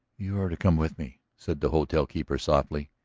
you are to come with me, said the hotel keeper softly.